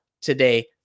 today